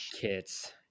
Kits